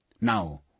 Now